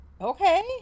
Okay